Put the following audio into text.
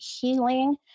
healing